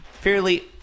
fairly